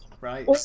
right